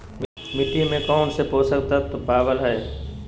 मिट्टी में कौन से पोषक तत्व पावय हैय?